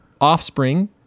offspring